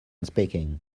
speaking